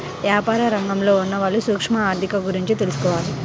యాపార రంగంలో ఉన్నవాళ్ళు సూక్ష్మ ఆర్ధిక గురించి తెలుసుకోవాలి